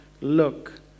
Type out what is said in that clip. Look